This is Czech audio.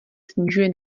snižuje